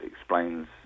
explains